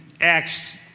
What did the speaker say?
Acts